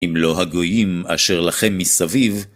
אם לא הגויים אשר לכם מסביב,